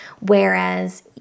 whereas